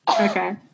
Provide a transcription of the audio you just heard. Okay